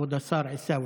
כבוד השר עיסאווי.